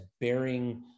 bearing